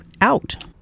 out